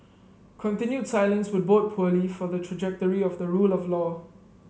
continued silence would bode poorly for the trajectory of the rule of law